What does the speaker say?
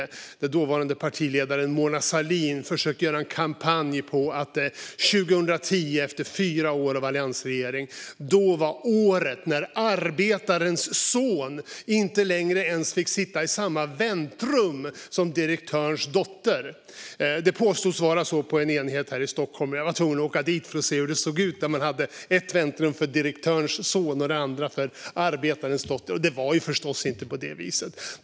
Då försökte dåvarande partiledaren Mona Sahlin att göra en kampanj på att 2010, efter fyra år med alliansregering, var året där arbetarens son inte längre ens fick sitta i samma väntrum som direktörens dotter. Det påstods vara så på en enhet här i Stockholm. Jag var tvungen att åka dit för att se hur det såg ut där man hade ett väntrum för direktörens son och ett annat för arbetarens dotter. Det var förstås inte på det viset.